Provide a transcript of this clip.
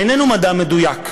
איננו מדע מדויק.